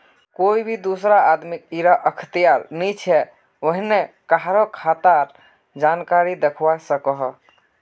कोए भी दुसरा आदमीक इरा अख्तियार नी छे व्हेन कहारों खातार जानकारी दाखवा सकोह